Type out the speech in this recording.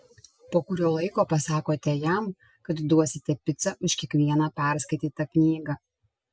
po kurio laiko pasakote jam kad duosite picą už kiekvieną perskaitytą knygą